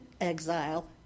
exile